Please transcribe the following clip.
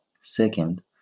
Second